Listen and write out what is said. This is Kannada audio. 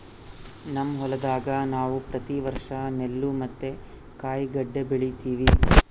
ನಮ್ಮ ಹೊಲದಾಗ ನಾವು ಪ್ರತಿ ವರ್ಷ ನೆಲ್ಲು ಮತ್ತೆ ಕಾಯಿಗಡ್ಡೆ ಬೆಳಿತಿವಿ